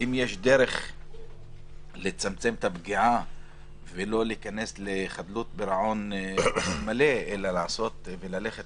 אם יש דרך לצמצם את הפגיעה ולא להיכנס לחדלות פירעון מלאה אלא ללכת